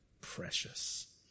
precious